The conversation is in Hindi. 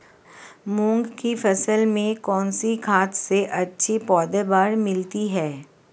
मूंग की फसल में कौनसी खाद से अच्छी पैदावार मिलती है?